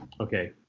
Okay